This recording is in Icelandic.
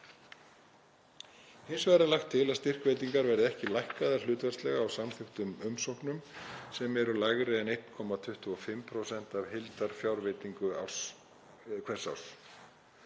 Hins vegar er lagt til að styrkveitingar verði ekki lækkaðar hlutfallslega á samþykktum umsóknum sem eru lægri en 1,25% af heildarfjárveitingu hvers árs.